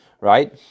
right